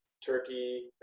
Turkey